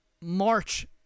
March